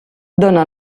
dóna